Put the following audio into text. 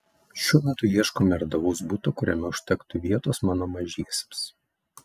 šiuo metu ieškome erdvaus buto kuriame užtektų vietos mano mažiesiems